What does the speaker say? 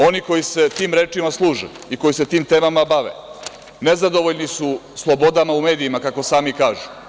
Oni koji se tim rečima službe i koji se tim temama bave nezadovoljni su slobodama u medijima kako sami kažu.